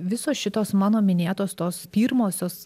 visos šitos mano minėtos tos pirmosios